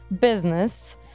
business